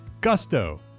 Gusto